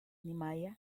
niemeyer